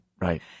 Right